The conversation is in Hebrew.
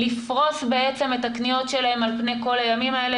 לפרוס את הקניות שלהם על פני כל הימים האלה